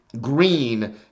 Green